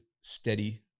steady